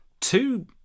two